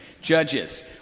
Judges